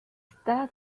status